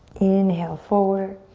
inhale, forward.